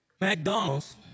McDonald's